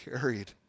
carried